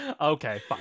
okay